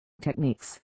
techniques